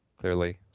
clearly